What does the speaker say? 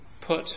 put